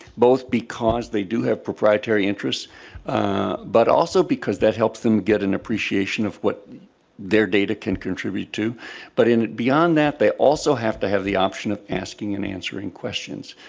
both because they do have proprietary interest but also because that helps them get an appreciation of what their data can contribute to but beyond that they also have to have the option of asking and answering questions.